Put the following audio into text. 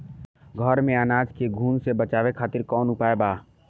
घर में अनाज के घुन से बचावे खातिर कवन उपाय बा?